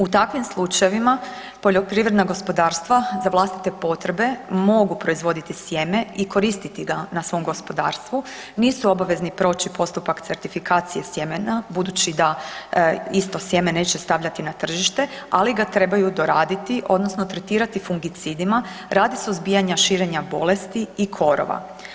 U takvim slučajevima, poljoprivredna gospodarstva za vlastite potrebe mogu proizvoditi sjeme i koristiti ga na svom gospodarstvu, nisu obavezni proći postupak certifikacije sjemena budući da isto sjeme neće stavljati na tržište, ali ga trebaju doraditi, odnosno tretirati fungicidima, radi suzbijanja širenja bolesti i korova.